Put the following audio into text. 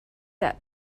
that